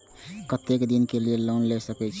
केते दिन के लिए लोन ले सके छिए?